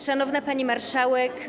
Szanowna Pani Marszałek!